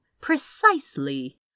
precisely